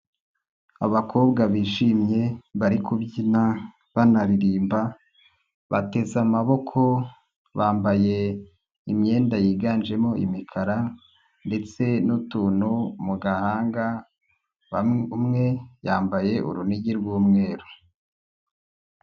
Abakobwa bishimye, bari kubyina, banaririmba, bateze amaboko, bambaye imyenda yiganjemo imikara ndetse n'utuntu mu gahanga, umwe yambaye urunigi rw'umweru.